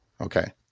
Okay